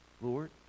Lord